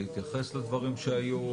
להתייחס לדברים שהיו,